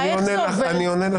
אני עונה לך.